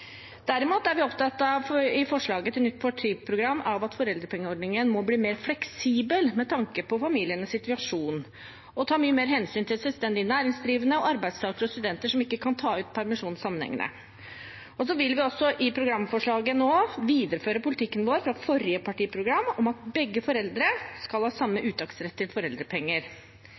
Derimot er vi i forslaget til nytt partiprogram opptatt av at foreldrepengeordningen må bli mer fleksibel med tanke på familienes situasjon, og ta mye mer hensyn til selvstendig næringsdrivende og arbeidstakere og studenter som ikke kan ta ut permisjon sammenhengende. Vi vil også i programforslaget nå videreføre politikken vår fra forrige partiprogram om at begge foreldre skal ha samme uttaksrett til foreldrepenger.